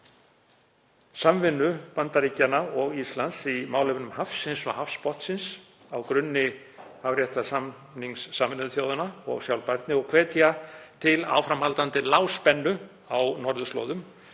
til samvinnu Bandaríkjanna og Íslands í málefnum hafsins og hafsbotnsins á grunni hafréttarsamnings Sameinuðu þjóðanna og sjálfbærni, og hvetja til áframhaldandi lágspennu á norðurslóðum.